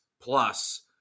plus